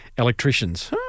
electricians